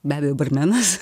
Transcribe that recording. be abejo barmenas